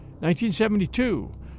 1972